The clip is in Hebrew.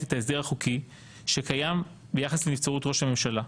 את ההסדר החוקי שקיים ביחס לנבצרות ראש הממשלה,